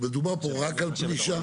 מדובר פה רק על פלישה.